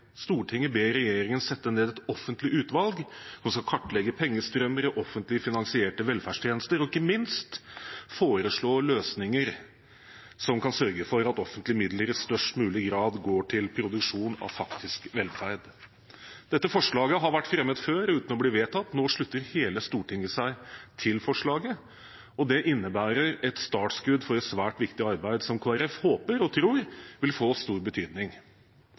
ber regjeringen sette ned et offentlig utvalg som skal kartlegge pengestrømmer i offentlig finansierte velferdstjenester», og ikke minst «foreslå løsninger som kan sørge for at offentlige midler i størst mulig grad går til produksjon av faktisk velferd». Dette forslaget har vært fremmet før uten å bli vedtatt. Nå slutter hele Stortinget seg til forslaget, og det innebærer et startskudd for et svært viktig arbeid som Kristelig Folkeparti håper og tror vil få stor betydning.